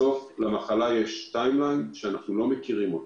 למחלה יש טיים-ליין שאנחנו לא מכירים אותו.